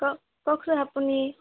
কওক কওকচোন আপুনি